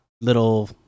little